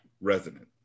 Resonant